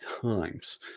times